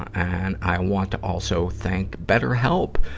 and i want to also thank betterhelp,